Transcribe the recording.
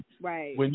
Right